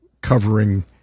covering